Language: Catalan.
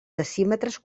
decímetres